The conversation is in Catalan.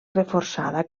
reforçada